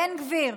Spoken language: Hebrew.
בן גביר,